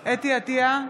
חוה אתי עטייה,